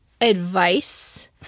advice